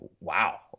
wow